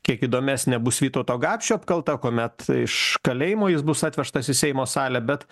kiek įdomesnė bus vytauto gapšio apkalta kuomet iš kalėjimo jis bus atvežtas į seimo salę bet